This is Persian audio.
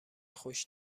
خوش